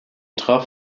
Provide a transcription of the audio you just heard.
traf